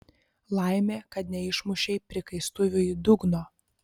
laimė kad neišmušei prikaistuviui dugno